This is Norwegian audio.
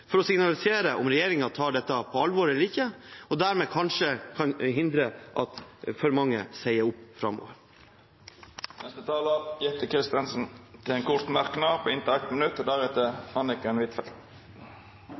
for å signalisere om regjeringen tar dette på alvor eller ikke, og dermed kanskje kan hindre at for mange sier opp framover. Representanten Jette F. Christensen har hatt ordet to gonger tidlegare og får ordet til ein kort merknad, avgrensa til 1 minutt.